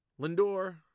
Lindor